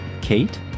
Kate